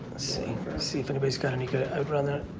see see if anybody's got any good over on there.